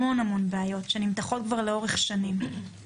המון המון בעיות שנמתחות כבר לאורך שנים.